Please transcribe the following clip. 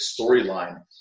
storyline